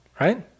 right